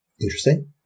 Interesting